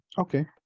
Okay